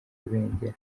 rubengera